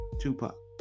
Tupac